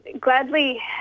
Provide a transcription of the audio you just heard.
gladly